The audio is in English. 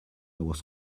was